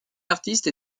artistes